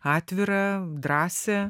atvirą drąsią